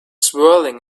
swirling